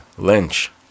Lynch